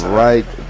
right